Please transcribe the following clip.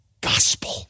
gospel